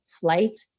flight